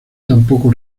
tampoco